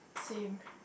same